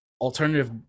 alternative